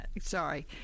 sorry